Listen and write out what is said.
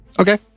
Okay